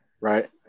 right